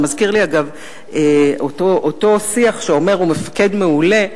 אותו שיח שאומר: הוא מפקד מעולה,